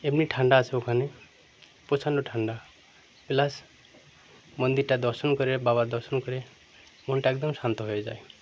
এমনি ঠান্ডা আছে ওখানে প্রচণ্ড ঠান্ডা প্লাস মন্দিরটা দর্শন করে বাবার দর্শন করে মনটা একদম শান্ত হয়ে যায়